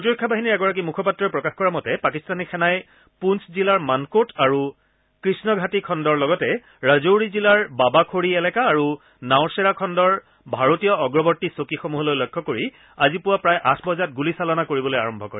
প্ৰতিৰক্ষা বাহিনীৰ এগৰাকী মুখপাত্ৰই প্ৰকাশ কৰা মতে পাকিস্তানী সেনাই পুঞ্চ জিলাৰ মানকোট আৰু কৃষ্ণ ঘাটি খণ্ডৰ লগতে ৰাজৌৰি জিলাৰ বাবা খৰি এলেকা আৰু নাওখেৰা খণ্ডৰ ভাৰতীয় অগ্ৰৱৰ্তী চকীসমূহলৈ লক্ষ্য কৰি আজি পুৱা প্ৰায় আঠ বজাত গুলীচালনা কৰিবলৈ আৰম্ভ কৰে